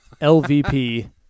LVP